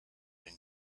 been